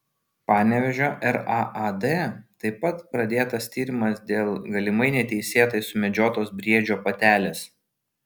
panevėžio raad taip pat pradėtas tyrimas dėl galimai neteisėtai sumedžiotos briedžio patelės